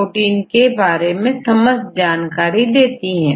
protein के बारे में समस्त जानकारी देती है